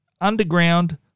Underground